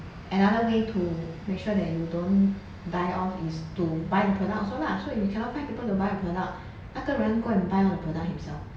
another way to make sure that you don't die off is to buy the product also lah so if you cannot find people to buy your product 那个人 go and buy the product himself